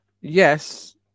Yes